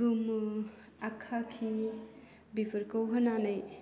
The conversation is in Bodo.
गोमो आखाखि बेफोरखौ होनानै